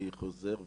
אני חוזר ואומר,